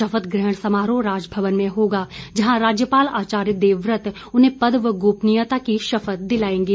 शपथ ग्रहण समारोह राजमवन में होगा जहां राज्यपाल आचार्य देववत उन्हें पद व गोपनीयता की शपथ दिलाएंगे